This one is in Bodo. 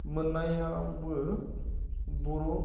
मोननायावबो बर'